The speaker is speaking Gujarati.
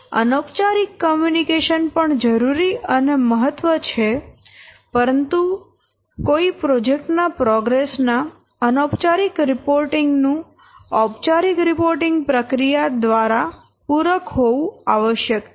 અનૌપચારિક કોમ્યુનિકેશન પણ જરૂરી અને મહત્વપૂર્ણ છે પરંતુ કોઈ પ્રોજેક્ટ ના પ્રોગ્રેસ ના અનૌપચારિક રિપોર્ટિંગ નું ઔપચારિક રિપોર્ટિંગ પ્રક્રિયા દ્વારા પૂરક હોવું આવશ્યક છે